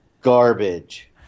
garbage